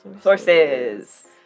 Sources